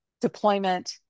deployment